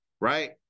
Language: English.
right